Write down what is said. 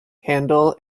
handel